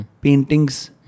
paintings